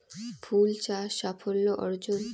ফুল চাষ সাফল্য অর্জন?